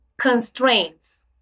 constraints